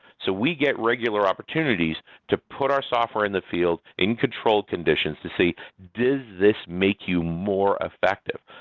so we get regular opportunities to put our software in the field, in controlled conditions to see does this make you more effective?